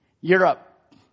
Europe